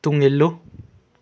ꯇꯨꯡ ꯏꯜꯂꯨ